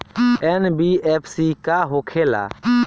NBFC का होंखे ला?